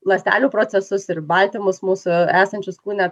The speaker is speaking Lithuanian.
ląstelių procesus ir baltymus mūsų esančius kūne